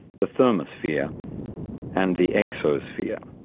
the thermosphere and the exosphere,